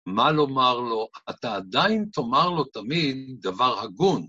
מה לומר לו? אתה עדיין תאמר לו תמיד דבר הגון.